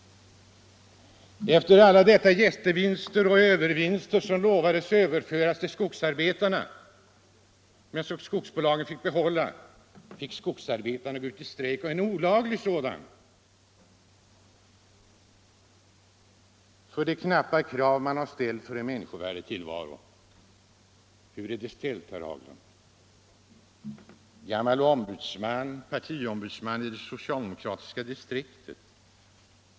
Efter alla dessa jättelika övervinster, som enligt löfte skulle överföras till skogsarbetarna men som skogsbolagen fick behålla, måste skogsarbetarna gå ut i strejk — och i en olaglig sådan — för att söka gehör för de knappa krav på en människovärdig tillvaro som de ställt. För en stund sedan berömde herr Haglund sig av att vara en gammal ombudsman, partiombudsman i socialdemokratiska distriktet.